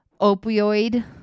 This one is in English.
opioid